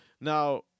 Now